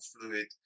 fluid